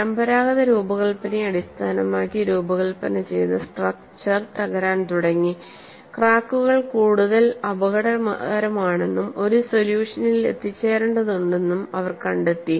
പരമ്പരാഗത രൂപകൽപ്പനയെ അടിസ്ഥാനമാക്കി രൂപകൽപ്പന ചെയ്ത സ്ട്രക്ച്ചർ തകരാൻ തുടങ്ങി ക്രാക്കുകൾ കൂടുതൽ അപകടകരമാണെന്നും ഒരു സൊല്യൂഷനിൽ എത്തിച്ചേരേണ്ടതുണ്ടെന്നും അവർ കണ്ടെത്തി